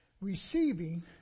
receiving